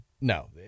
No